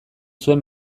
zuen